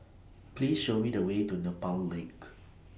Please Show Me The Way to Nepal LINK